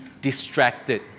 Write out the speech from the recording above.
distracted